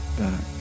back